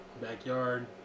backyard